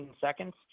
seconds